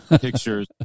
pictures